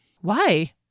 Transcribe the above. Why